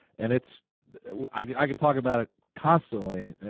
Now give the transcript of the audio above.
and it's i could talk about it constantly,